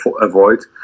avoid